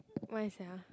why sia